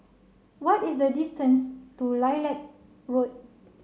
what is the distance to Lilac Road